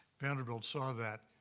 vanderbilt saw that,